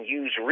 use